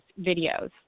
videos